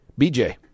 BJ